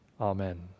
Amen